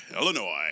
Illinois